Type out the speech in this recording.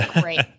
great